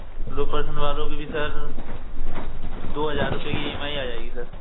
लो person वालों की भी सर दो हज़ार रुपये की ई एम आई आ जाएगी सर